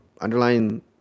underlying